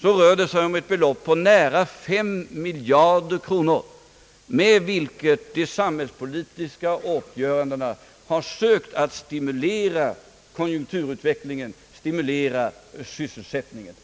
kommer vi fram till ett belopp på nära 5 miljarder kronor, med vilket belopp samhällspolitiska åtgärder har vidtagits för att stimulera konjunkturutvecklingen och sysselsättningen.